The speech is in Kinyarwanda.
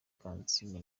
kansiime